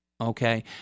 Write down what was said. Okay